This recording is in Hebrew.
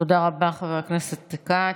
תודה רבה, חבר הכנסת כץ.